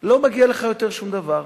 לא מגיע יותר שום דבר.